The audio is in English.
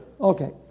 Okay